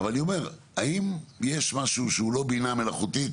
האם יש משהו שהוא לא בינה מלאכותית